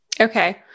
Okay